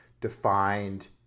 defined